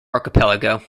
archipelago